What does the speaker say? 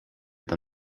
than